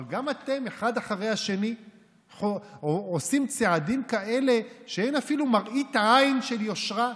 אבל גם אתם אחד אחרי השני עושים צעדים כאלה שאין אפילו מראית של יושרה,